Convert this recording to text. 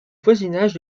voisinage